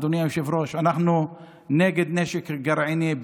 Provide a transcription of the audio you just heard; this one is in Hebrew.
אדוני היושב-ראש: אנחנו נגד נשק גרעיני,